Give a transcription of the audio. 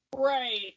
Right